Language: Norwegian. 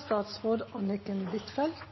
seg bak.